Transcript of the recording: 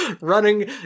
running